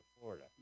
Florida